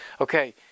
Okay